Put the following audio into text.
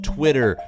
Twitter